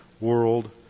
world